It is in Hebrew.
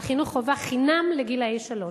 על חינוך חובה חינם לגילאי שלוש.